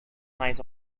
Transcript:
nice